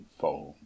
foam